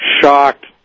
shocked